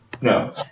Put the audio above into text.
No